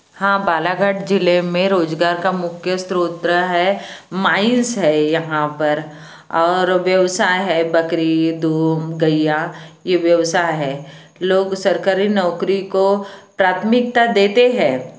हाँ बालाघाट ज़िले में रोज़गार का मुख्य स्त्रोत है माइंस हैं यहाँ पर और व्यवसाय हैं बकरी दूम गैया ये व्यवसाय हैं लोग सरकारी नौकरी को प्राथमिकता देते हैं